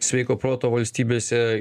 sveiko proto valstybėse